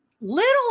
little